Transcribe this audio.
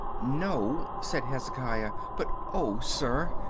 no, said hezekiah, but oh, sir,